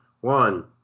One